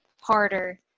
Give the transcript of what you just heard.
harder